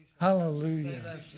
Hallelujah